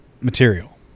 material